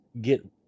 get